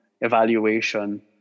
evaluation